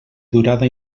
durada